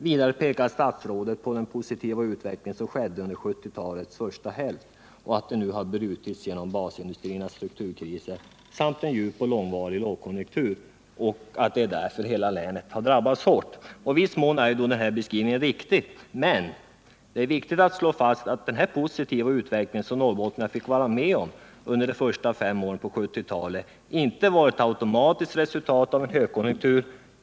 Vidare påpekar statsrådet att den positiva utveckling som skedde under 1970-talets första hälft nu brutits genom basindustriernas strukturkriser samt en djup och långvarig lågkonjunktur och att därför hela länet har drabbats hårt. Det är i viss mån en riktig beskrivning. Men det är viktigt att slå fast att den positiva utveckling som norrbottningarna fick vara med om under de första fem åren på 1970-talet inte var ett automatiskt resultat av en högkonjunktur.